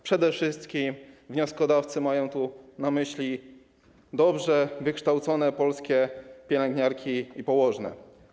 Przede wszystkim wnioskodawcy mają tu na myśli dobrze wykształcone polskie pielęgniarki i położne.